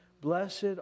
Blessed